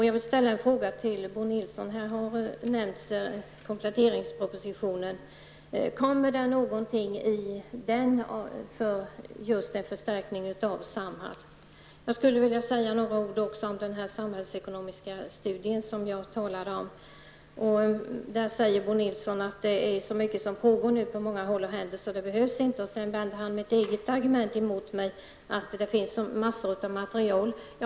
Jag vill ställa en fråga till Bo Nilsson. Här har det talats om kompletteringspropositionen. Kommer där att föreslås en förstärkning av Samhall? Jag skulle också vilja säga några ord om den samhällsekonomiska studie som jag talade om tidigare. Där säger Bo Nilsson att det är så mycket som pågår på många håll att det inte är nödvändigt med studien. Sedan börjar Bo Nilsson argumentera mot mig med att det finns gott om material.